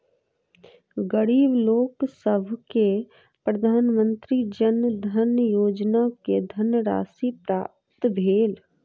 गरीब लोकसभ के प्रधानमंत्री जन धन योजना के धनराशि प्राप्त भेल